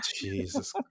Jesus